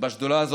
שקמה שדולה,